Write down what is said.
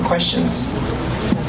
questions